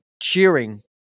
cheering